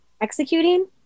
executing